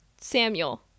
Samuel